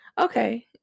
okay